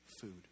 food